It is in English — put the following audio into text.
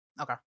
Okay